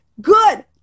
good